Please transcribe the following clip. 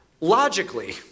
logically